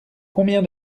combien